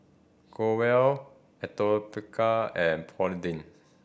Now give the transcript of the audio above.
Growell Atopicar and Polidin